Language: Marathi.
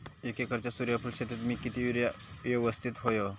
एक एकरच्या सूर्यफुल शेतीत मी किती युरिया यवस्तित व्हयो?